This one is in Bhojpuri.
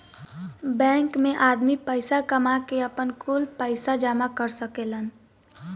बैंक मे आदमी पईसा कामा के, आपन, कुल पईसा जामा कर सकेलन